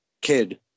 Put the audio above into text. kid